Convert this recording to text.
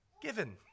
given